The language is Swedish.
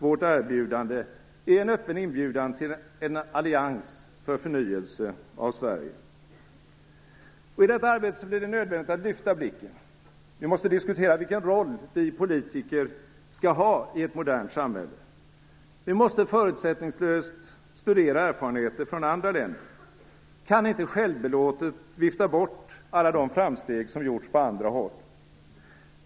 Vårt erbjudande är en öppen inbjudan till en allians för förnyelse av Sverige. I detta arbete blir det nödvändigt att lyfta blicken. Vi måste diskutera vilken roll vi politiker skall ha i ett modernt samhälle. Vi måste förutsättningslöst studera erfarenheter från andra länder. Vi kan inte självbelåtet vifta bort alla de framsteg som gjorts på andra håll.